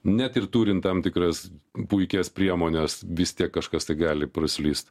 net ir turint tam tikras puikias priemones vis tiek kažkas tai gali praslyst